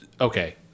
okay